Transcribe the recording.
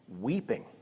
weeping